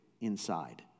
inside